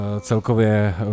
celkově